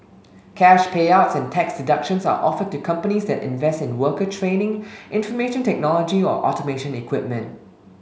cash payouts and tax deductions are offered to companies that invest in worker training information technology or automation equipment